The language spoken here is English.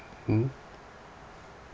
mm